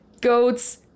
goats